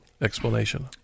explanation